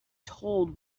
told